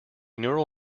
neural